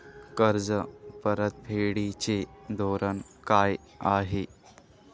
कर्ज परतफेडीचे धोरण काय आहे?